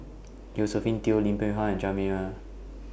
Josephine Teo Lim Peng Han and Jia Me Wai